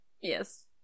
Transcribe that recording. Yes